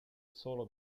solo